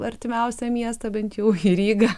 artimiausią miestą bent jau į rygą